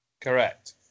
Correct